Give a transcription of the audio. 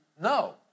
no